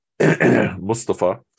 Mustafa